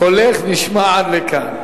קולך נשמע עד לכאן.